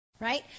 Right